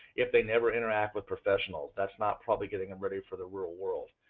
if they never interact with professional, that's not probably getting and ready for the real world,